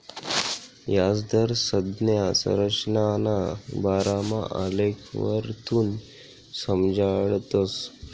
याजदर संज्ञा संरचनाना बारामा आलेखवरथून समजाडतस